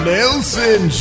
Nelson